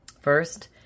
first